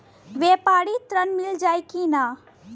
व्यापारी ऋण मिल जाई कि ना?